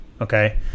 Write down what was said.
okay